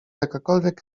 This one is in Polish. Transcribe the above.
jakakolwiek